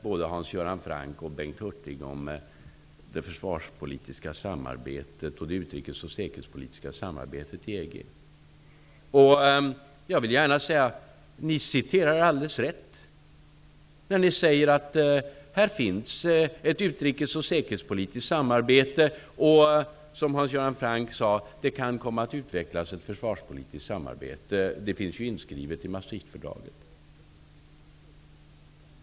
Både Hans Göran Franck och Bengt Hurtig talar om det försvarspolitiska och det utrikes och säkerhetspolitiska samarbetet i EG. Ni citerar alldeles rätt när ni säger att det finns ett utrikes och säkerhetspolitiskt samarbete och att det, som Hans Göran Franck sade, kan komma att utvecklas ett försvarspolitiskt samarbete. Det finns inskrivet i Maastrichtfördraget.